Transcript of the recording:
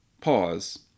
pause